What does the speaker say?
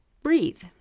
breathe